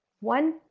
One